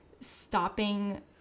stopping